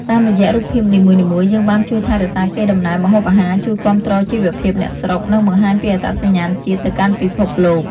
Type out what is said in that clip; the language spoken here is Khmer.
តាមរយៈរូបភាពនីមួយៗ យើងបានជួយថែរក្សាកេរដំណែលម្ហូបអាហារ ជួយគាំទ្រជីវភាពអ្នកស្រុក និងបង្ហាញពីអត្តសញ្ញាណជាតិទៅកាន់ពិភពលោក។